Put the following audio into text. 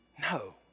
No